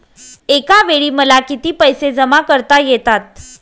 एकावेळी मला किती पैसे जमा करता येतात?